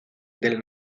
del